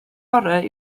orau